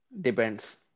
depends